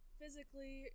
physically